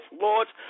lords